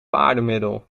paardenmiddel